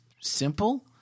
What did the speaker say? simple